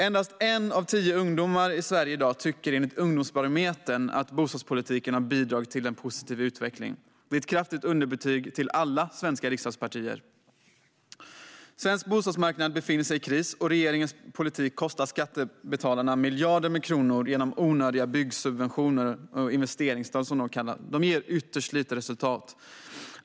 Endast en av tio ungdomar i Sverige i dag tycker enligt Ungdomsbarometern att bostadspolitiken har bidragit till en positiv utveckling. Det är ett kraftigt underbetyg till alla svenska riksdagspartier. Svensk bostadsmarknad befinner sig i kris, och regeringens politik kostar skattebetalarna miljarder kronor genom onödiga byggsubventioner och investeringsstöd, som det kallas. De ger ytterst lite resultat.